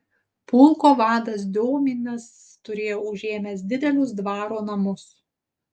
pulko vadas diominas turėjo užėmęs didelius dvaro namus